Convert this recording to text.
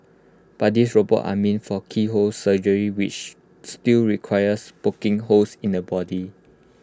but these robots are meant for keyhole surgery which still requires poking holes in the body